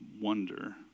wonder